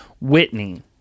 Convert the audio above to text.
Whitney